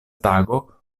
tago